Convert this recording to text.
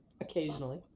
occasionally